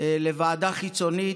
לוועדה חיצונית,